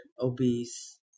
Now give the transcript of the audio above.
obese